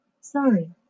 Sorry